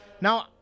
Now